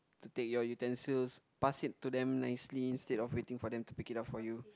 to take your utensils pass it to them nicely instead of waiting for them to pick it up for you